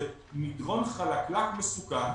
זה מדרון חלקלק מסוכן.